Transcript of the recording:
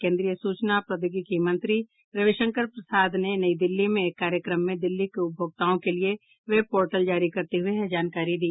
केन्द्रीय सूचना और प्रौद्योगिकी मंत्री रविशंकर प्रसाद ने नई दिल्ली में एक कार्यक्रम में दिल्ली के उपभोक्ताओं के लिए वेब पोर्टल जारी करते हुए यह जानकारी दी